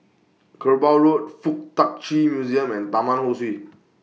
Kerbau Road Fuk Tak Chi Museum and Taman Ho Swee